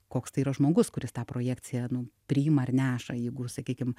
koks tai yra žmogus kuris tą projekciją nu priima ar neša jeigu sakykim